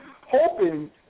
hoping